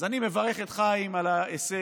אז אני מברך את חיים על ההישג.